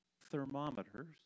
thermometers